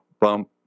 bump